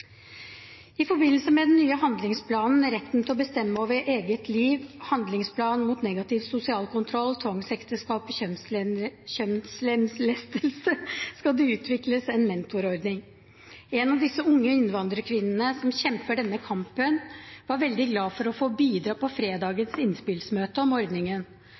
I forbindelse med den nye handlingsplanen Retten til å bestemme over eget liv mot negativ sosial kontroll, tvangsekteskap og kjønnslemlestelse skal det utvikles en mentorordning. En av disse unge innvandrerkvinnene som kjemper denne kampen, var veldig glad for å få bidra på fredagens innspillsmøte om ordningen.